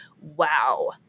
wow